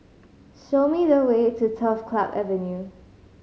show me the way to Turf Club Avenue